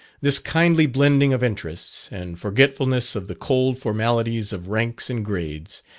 this kindly blending of interests, and forgetfulness of the cold formalities of ranks and grades,